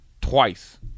twice